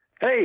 Hey